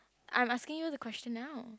I'm asking you the question now